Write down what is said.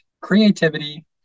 creativity